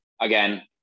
Again